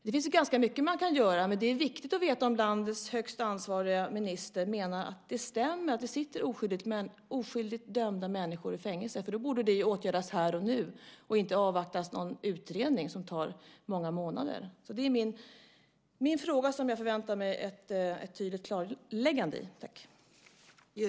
Det finns ganska mycket som kan göras, men det är viktigt att veta om landets högsta ansvariga minister menar att det stämmer att det sitter oskyldigt dömda människor i fängelse. Det borde åtgärdas här och nu och inte avvaktas en utredning som tar många månader. Det är min fråga som jag förväntar mig ett tydligt klarläggande av.